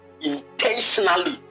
intentionally